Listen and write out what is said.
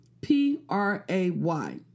P-R-A-Y